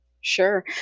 Sure